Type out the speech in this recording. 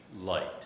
light